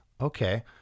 Okay